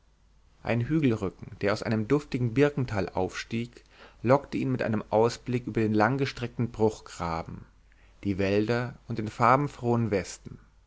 ein hügelrücken der aus einem duftigen birkental aufstieg lockte ihn mit einem ausblick über den langgestreckten bruchgraben die wälder und den farbenfrohen westen